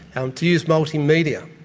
um to use multimedia.